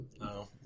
No